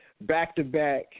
back-to-back